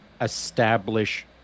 establish